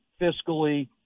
fiscally